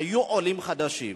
היו עולים חדשים.